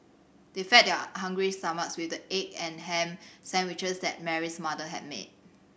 they fed their hungry stomachs with the egg and ham sandwiches that Mary's mother had made